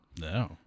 No